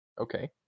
Okay